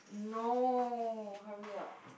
no hurry up